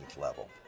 level